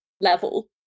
level